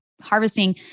Harvesting